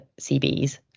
cbs